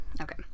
Okay